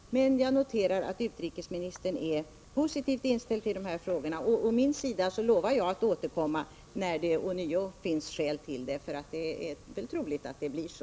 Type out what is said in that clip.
Jag noterar att utrikesministern är positivt inställd till dessa frågor. Å min sida lovar jag att återkomma när det ånyo finns skäl — det är väl troligt att det blir så.